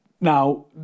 Now